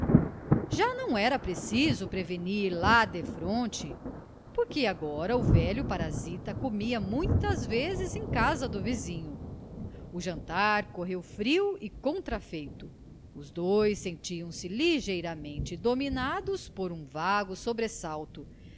já não era preciso prevenir lá defronte porque agora o velho parasita comia muitas vezes em casa do vizinho o jantar correu frio e contrafeito os dois sentiam-se ligeiramente dominados por um vago sobressalto